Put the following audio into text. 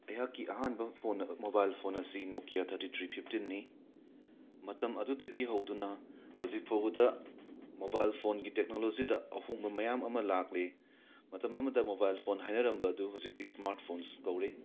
ꯑꯩꯍꯥꯛꯀꯤ ꯑꯍꯥꯟꯕ phone mobile phone ꯑꯁꯤ ꯅꯣꯀ꯭ꯌꯥ ꯊꯇꯤ ꯊ꯭ꯔꯤ ꯐꯤꯐꯇꯤꯟꯇꯤꯟꯅꯤ ꯃꯇꯝ ꯑꯗꯨꯗꯒꯤ ꯍꯧꯗꯨꯅ ꯍꯧꯖꯤꯛ ꯐꯥꯎꯕꯗ ꯃꯣꯕꯥꯏꯜ ꯐꯣꯟꯒꯤ ꯇꯦꯛꯅꯣꯂꯣꯖꯤꯗ ꯑꯍꯣꯡꯕ ꯃꯌꯥꯝ ꯑꯃ ꯂꯥꯛꯂꯤ ꯃꯇꯝ ꯑꯃꯗ ꯃꯣꯕꯥꯏꯜ ꯐꯣꯟ ꯍꯥꯏꯅꯔꯝꯕꯗꯨ ꯍꯧꯖꯤꯛꯇꯤ ꯁ꯭ꯃꯥꯔꯠ ꯐꯣꯟꯁ ꯀꯧꯔꯦ